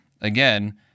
again